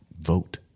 vote